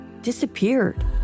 disappeared